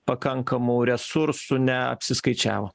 pakankamų resursų neapsiskaičiavo